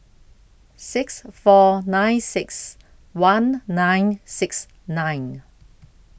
six four nine six one nine six nine